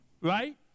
right